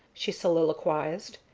she soliloquized,